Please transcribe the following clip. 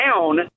down